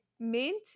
Mint